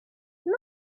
non